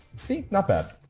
see not bad.